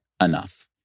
enough